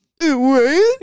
Wait